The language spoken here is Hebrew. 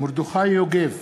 מרדכי יוגב,